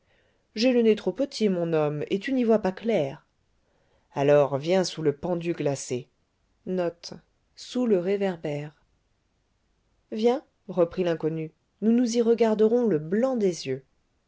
j'ai le nez trop petit mon homme et tu n'y vois pas clair alors viens sous le pendu glacé viens reprit l'inconnu nous nous y regarderons le blanc des yeux